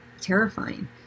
terrifying